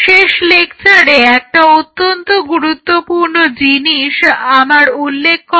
শেষ লেকচারে একটি অত্যন্ত গুরুত্বপূর্ণ জিনিস আমার উল্লেখ করা উচিত